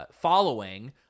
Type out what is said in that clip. following